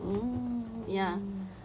oh